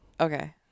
Okay